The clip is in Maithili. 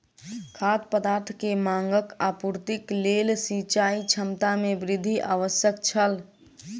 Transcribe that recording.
खाद्य पदार्थ के मांगक आपूर्तिक लेल सिचाई क्षमता में वृद्धि आवश्यक छल